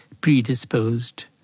predisposed